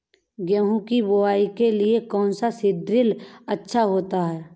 गेहूँ की बुवाई के लिए कौन सा सीद्रिल अच्छा होता है?